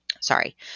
sorry